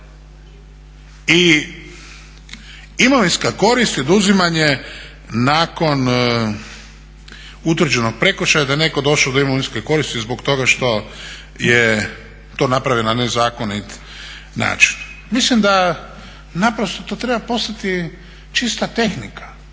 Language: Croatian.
I imovinska korist i oduzimanje nakon utvrđenog prekršaja, da je netko došao do imovinske koristi zbog toga što je to napravio na nezakonit način. Mislim da naprosto to treba postati čista tehnika